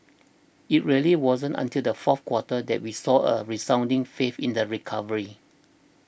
it really wasn't until the fourth quarter that we saw a resounding faith in the recovery